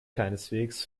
keineswegs